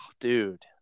dude